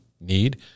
need